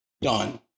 done